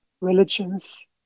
religions